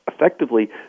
effectively